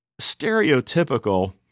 stereotypical